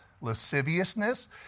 lasciviousness